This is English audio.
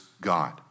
God